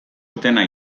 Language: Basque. etena